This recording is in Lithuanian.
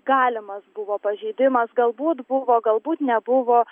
galimas buvo pažeidimas galbūt buvo galbūt nebuvo